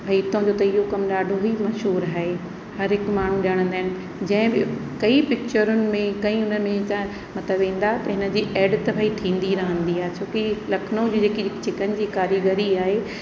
भई हितो जो त इहो कमु ॾाढो ई मशहूरु आहे हर हिकु माण्हू ॼाणंदा आहिनि जंहिं बि कई पिक्चरुनि में कई उन में तव्हां मतिलबु ईंदा त इन जी एड त भई थींदी रहंदी आहे छोकी लखनऊ जी जेकी चिकन जी कारीगरी आहे